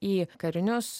į karinius